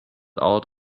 out